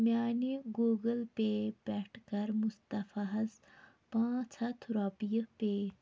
میٛانہِ گوٗگٕل پے پٮ۪ٹھٕ کَر مُصطفیٰ ہَس پانٛژ ہتھ رۄپیہِ پے